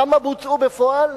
כמה בוצעו בפועל?